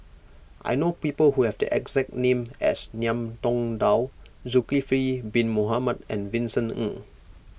I know people who have the exact name as Ngiam Tong Dow Zulkifli Bin Mohamed and Vincent Ng